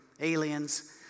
aliens